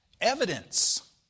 evidence